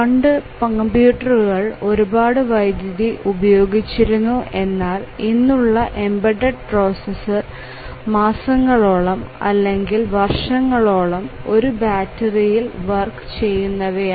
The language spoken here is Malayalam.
പണ്ട് കമ്പ്യൂട്ടറുകൾ ഒരുപാട് വൈദ്യുതി ഉപയോഗിച്ചിരുന്നു എന്നാൽ ഇന്നുള്ള എംബഡഡ്പ് പ്രോസസർ മാസങ്ങളോളം അല്ലെങ്കിൽ വർഷങ്ങളോളം ഒരു ബാറ്ററിയിൽ വർക്ക് ചെയ്യുന്നവയാണ്